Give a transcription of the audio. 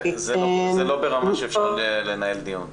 זה לא ברמה שאפשר לנהל ככה דיון.